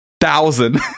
thousand